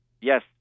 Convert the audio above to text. Yes